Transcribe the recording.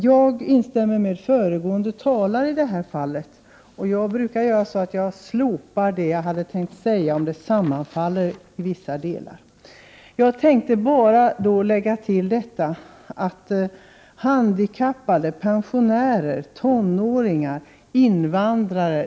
Jag instämmer med föregående talare, och jag brukar slopa det jag tänkt säga om det i vissa delar sammanfaller med tidigare anföranden. Jag vill bara tillägga att det är farligt att generalisera grupper som handikappade, pensionärer, tonåringar och invandrare.